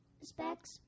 specs